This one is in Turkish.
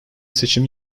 seçim